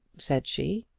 said she.